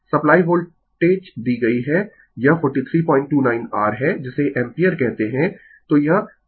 supply voltage दी गयी है यह 4329 r है जिसे एम्पीयर कहते है